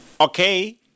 Okay